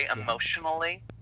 emotionally